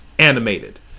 animated